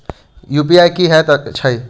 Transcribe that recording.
UPI की हएत छई?